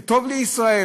זה טוב לישראל?